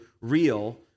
real